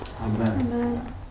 Amen